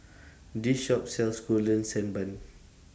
This Shop sells Golden Sand Bun